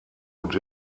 und